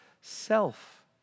self